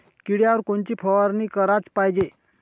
किड्याइवर कोनची फवारनी कराच पायजे?